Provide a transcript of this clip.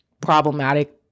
problematic